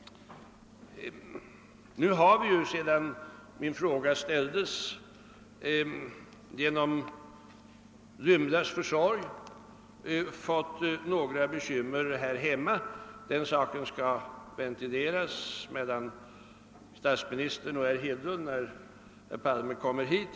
Sedan min fråga framställdes har vi emellertid genom lymlars försorg fått en del bekymmer här hemma, en sak som senare kommer att ventileras av statsministern och herr Hedlund, när her Palme kommit hit.